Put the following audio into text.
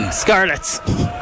Scarlets